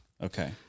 Okay